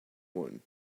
one